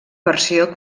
versió